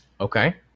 Okay